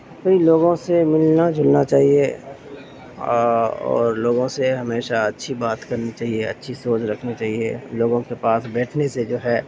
بھئی لوگوں سے ملنا جلنا چاہیے اور لوگوں سے ہمیشہ اچھی بات کرنی چاہیے اچھی سوچ رکھنی چاہیے لوگوں کے پاس بیٹھنے سے جو ہے